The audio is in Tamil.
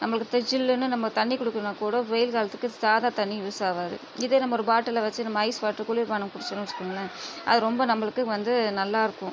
நம்பளுக்கு ஜில்லுனு நம்ம தண்ணீர் குடிக்கனும்னா கூட வெயில் காலத்துக்கு சாதா தண்ணீ யூஸ் ஆகாது இதே நம்ம ஒரு பாட்டிலில் வச்சு நம்ம ஐஸ் வாட்டர் குளிர் பானம் குடித்தோம் வச்சுக்கோங்களேன் அது ரொம்ப நம்பளுக்கு வந்து நல்லாயிருக்கும்